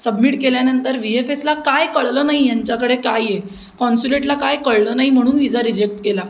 submit केल्यानंतर V F एसला काय कळलं नाही यांच्याकडे काय आहे कॉन्सुलेटला काय कळलं नाही म्हणून विजा रिजेक्ट केला